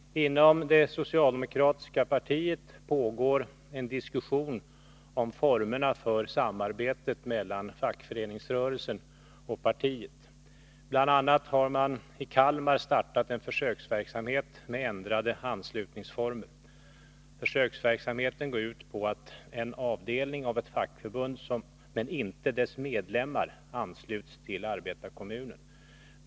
Herr talman! Inom det socialdemokratiska partiet pågår en diskussion om formerna för samarbetet mellan fackföreningsrörelsen och partiet. Bl. a. har man i Kalmar startat en försöksverksamhet med ändrade anslutningsformer. Försöksverksamheten går ut på att en avdelning av ett fackförbund, men inte dess medlemmar, ansluts till arbetarkommunen.